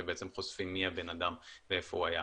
שעצם חושפים מי הבן האדם ואיפה הוא היה.